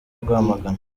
rwamagana